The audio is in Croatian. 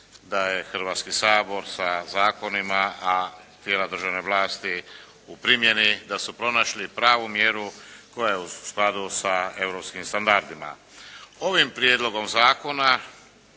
da je Hrvatski sabor sa zakonima, a tijela državne vlasti u primjeni da su pronašli pravu mjera koja je u skladu sa europskim standardima. Ovim prijedlogom zakona